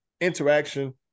interaction